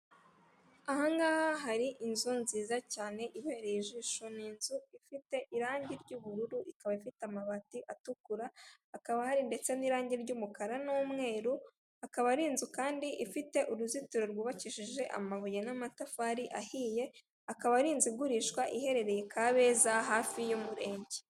Ahangaha hari inzu nziza cyane ibereye ijisho, ni inzu ifite irangi ry'ubururu, ikaba ifite amabati atukura, hakaba ndetse n'irangi ry'umukara n'umweru, akaba ari inzu kandi ifite uruzitiro rwubakishije amabuye n'amatafari ahiye, akaba ari inzu igurishwa iherereye Kabeza hafi y'umurenge.